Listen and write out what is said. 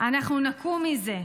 אנחנו נקום מזה,